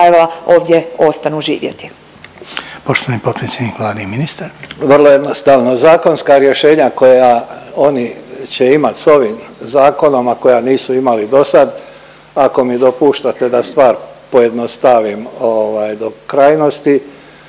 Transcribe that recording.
Vlade i ministar. **Božinović, Davor (HDZ)** Vrlo jednostavno. Zakonska rješenja koja oni će imati s ovim Zakonom, a koja nisu imali dosad, ako mi dopuštate da stvar pojednostavnim, ovaj do krajnosti.